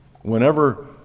Whenever